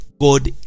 God